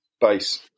base